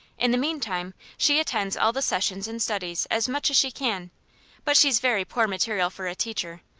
in the meantime, she attends all the sessions and studies as much as she can but she's very poor material for a teacher.